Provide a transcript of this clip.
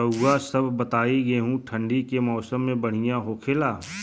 रउआ सभ बताई गेहूँ ठंडी के मौसम में बढ़ियां होखेला?